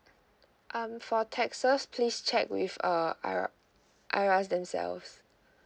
um for taxes please check with uh I~ IRAS themselves